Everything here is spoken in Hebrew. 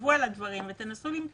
תחשבו על הדברים ותנסו למצוא